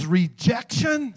rejection